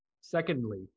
Secondly